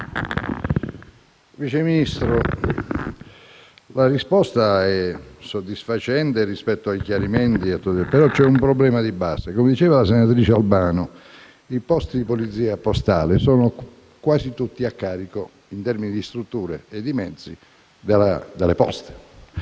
Vice Ministro, la risposta è soddisfacente quanto ai chiarimenti forniti, ma c'è un problema di base. Come ha detto la senatrice Albano, i posti di Polizia postale sono quasi tutti a carico, in termini di strutture e mezzi, di Poste